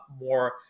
more